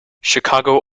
chicago